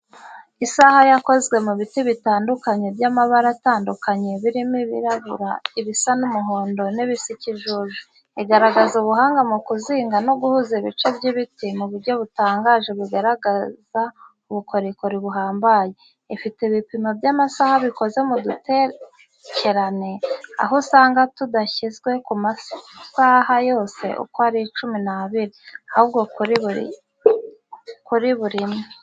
Isaha yakozwe mu biti bitandukanye by’amabara atandukanye birimo ibirabura, ibisa n’umuhondo n’ibisa n’ikijuju. Igaragaza ubuhanga mu kuzinga no guhuza ibice by’ibiti mu buryo butangaje bigaragaza ubukorikori buhambaye. Ifite ibipimo by’amasaha bikoze mu duterekerane, aho usanga tudashyizwe ku masaha yose uko ari cumi n'abiri, ahubwo kuri bimwe.